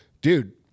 Dude